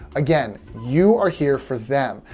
again, you are here for them.